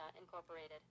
Incorporated